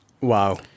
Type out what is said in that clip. wow